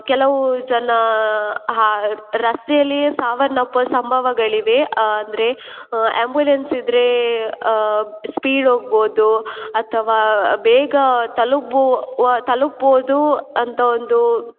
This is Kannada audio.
ಕೆಲವು ಜನ ಆ ರಸ್ತೆಯಲ್ಲಿಯೇ ಸಾವನ್ನಪ್ಪೋ ಸಂಭವಗಳಿವೆ ಅಂದರೆ ಆಂಬ್ಯುಲೆನ್ಸ್ ಇದ್ರೆ ಸ್ಪೀಡ್ ಹೋಗ್ಬೋದು ಅಥವಾ ಬೇಗ ತಲುಪುವ ತಲುಪ್ಬೋದು ಅಂತ ಒಂದು